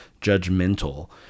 judgmental